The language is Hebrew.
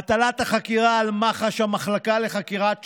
הטלת החקירה על מח"ש, המחלקה לחקירת שוטרים,